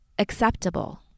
acceptable